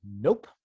Nope